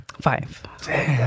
Five